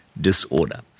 disorder